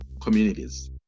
communities